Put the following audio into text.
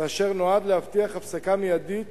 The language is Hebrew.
ואשר נועד להבטיח הפסקה מיידית